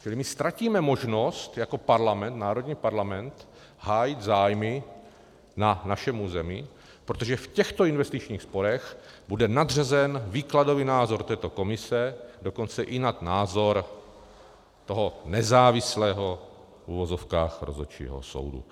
Čili my ztratíme možnost jako parlament, národní parlament, hájit zájmy na našem území, protože v těchto investičních sporech bude nadřazen výkladový názor této komise dokonce i nad názor toho nezávislého, v uvozovkách, rozhodčího soudu.